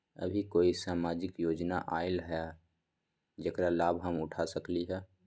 अभी कोई सामाजिक योजना आयल है जेकर लाभ हम उठा सकली ह?